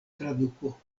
traduko